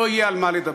לא יהיה על מה לדבר.